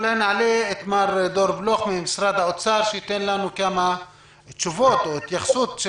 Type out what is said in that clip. ונעלה את מר דור בלוך ממשרד האוצר שייתן לנו כמה תשובות או התייחסות של